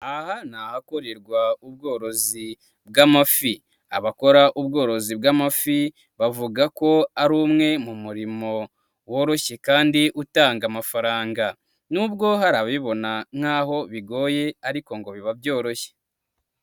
Aha ni hakorerwa ubworozi bw'amafi, abakora ubworozi bw'amafi, bavuga ko ari umwe mu murimo woroshye kandi utanga amafaranga, nubwo hari aba abibona nk'aho bigoye ariko ngo biba byoroshye.